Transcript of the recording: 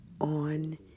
on